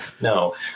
No